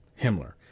Himmler